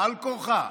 בעל כורחה.